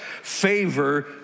favor